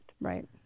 Right